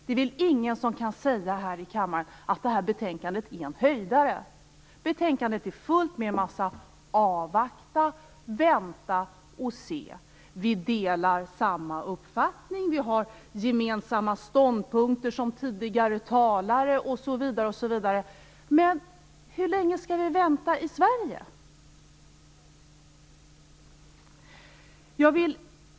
Det är väl ingen här i kammaren som kan säga att betänkandet är en höjdare. Det är fullt av en massa "avvakta", "vänta och se", "vi har samma uppfattning" och "vi har gemensamma ståndpunkter med tidigare talare" osv. Men hur länge skall vi vänta i Sverige?